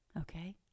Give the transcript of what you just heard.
Okay